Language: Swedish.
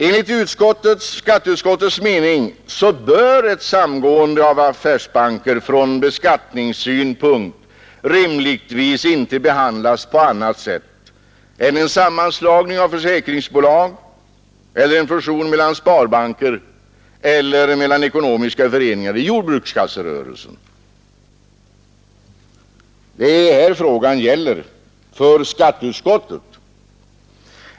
Enligt skatteutskottets mening bör ett samgående av affärsbanker från beskattningssynpunkt rimligtvis inte behandlas på annat sätt än en sammanslagning av försäkringsbolag eller en fusion mellan sparbanker eller mellan ekonomiska föreningar i jordbrukskasserörelsen. Det är det frågan gäller för skatteutskottet.